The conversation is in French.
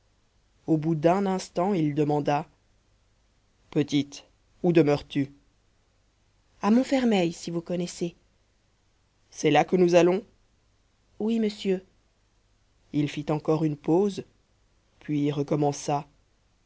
au bout d'un instant il demanda petite où demeures-tu à montfermeil si vous connaissez c'est là que nous allons oui monsieur il fit encore une pause puis recommença